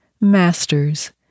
masters